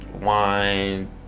wine